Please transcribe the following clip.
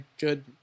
good